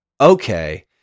okay